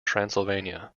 transylvania